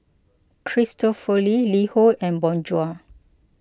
Cristofori LiHo and Bonjour